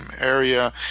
area